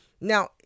now